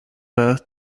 birth